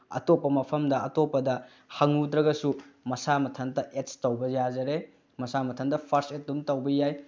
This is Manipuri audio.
ꯑꯇꯣꯞꯄ ꯃꯐꯝꯗ ꯑꯇꯣꯞꯄꯗ ꯍꯪꯉꯨꯗ꯭ꯔꯒꯁꯨ ꯃꯁꯥ ꯃꯊꯟꯇ ꯑꯦꯠꯁ ꯇꯧꯕ ꯌꯥꯖꯔꯦ ꯃꯁꯥ ꯃꯊꯟꯇ ꯐꯥꯔꯁ ꯑꯦꯠ ꯑꯗꯨꯝ ꯇꯧꯕ ꯌꯥꯏ